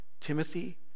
Timothy